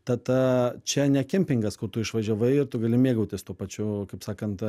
ta ta čia ne kempingas kur tu išvažiavai ir tu gali mėgautis tuo pačiu kaip sakant